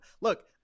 Look